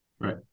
Right